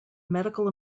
medical